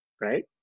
right